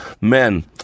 Men